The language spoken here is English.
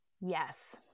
Yes